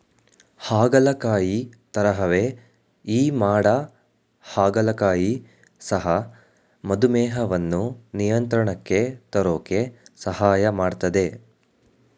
ಹಾಗಲಕಾಯಿ ತರಹವೇ ಈ ಮಾಡ ಹಾಗಲಕಾಯಿ ಸಹ ಮಧುಮೇಹವನ್ನು ನಿಯಂತ್ರಣಕ್ಕೆ ತರೋಕೆ ಸಹಾಯ ಮಾಡ್ತದೆ